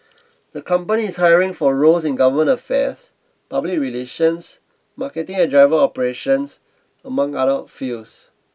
the company is hiring for roles in government affairs public relations marketing and driver operations among other fields